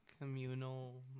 communal